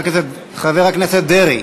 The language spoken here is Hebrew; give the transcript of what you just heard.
חבר הכנסת דרעי,